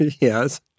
Yes